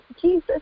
Jesus